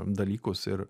dalykus ir